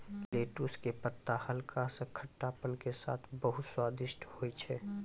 lettuce के पत्ता हल्का सा खट्टापन के साथॅ बहुत स्वादिष्ट होय छै